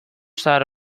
zahar